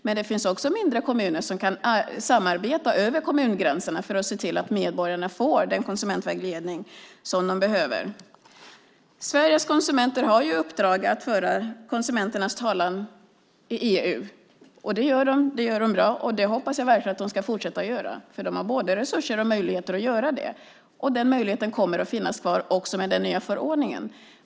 Men det finns också mindre kommuner som kan samarbeta över kommungränserna för att se till att medborgarna får den konsumentvägledning som de behöver. Sveriges konsumenter har ett uppdrag att föra konsumenternas talan i EU, och det gör de och gör det bra. Det hoppas jag verkligen att de ska fortsätta att göra, för de har både resurser och möjligheter att göra det. Den möjligheten kommer att finnas kvar också med den nya förordningen.